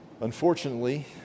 unfortunately